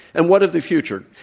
and what of the future?